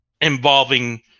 involving